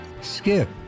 Skip